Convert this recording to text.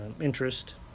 interest